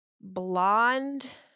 blonde